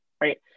right